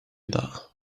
that